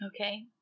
okay